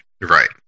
right